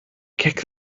kick